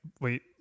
wait